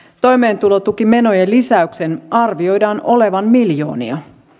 toimeentulotukimenojen lisäyksen arvioidaan olevan miljoonia